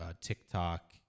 TikTok